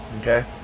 Okay